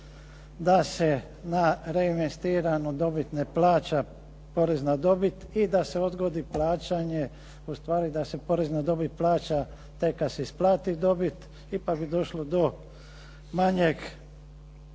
da se na reinvestiranu dobit ne plaća porezna dobit i da se odgodi plaćanje, ustvari da se porezna dobit plaća tek kada se isplati dobit. Ipak bi došlo do manjeg,